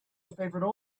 favourite